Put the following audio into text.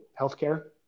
healthcare